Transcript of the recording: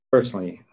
Personally